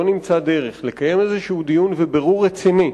לא נמצא דרך לקיים דיון ובירור רציני,